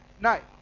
night